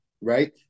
right